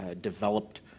developed